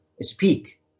speak